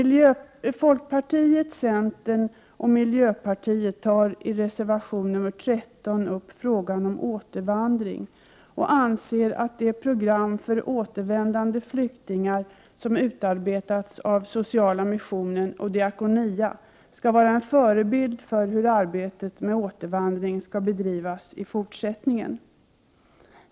Folkpartiet, centerpartiet och miljöpartiet tar i reservation nr 13 upp frågan om återvandring och anser att det program för återvändande flyktingar som utarbetats av Sociala missionen och Diakonia skall vara en förebild för hur arbetet med återvandring skall bedrivas i fortsättningen.